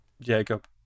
Jacob